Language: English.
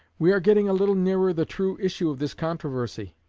we are getting a little nearer the true issue of this controversy,